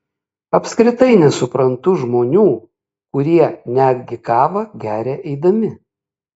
apskritai nesuprantu žmonių kurie netgi kavą geria eidami